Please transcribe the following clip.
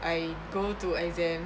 I go to exam